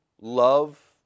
love